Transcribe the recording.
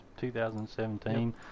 2017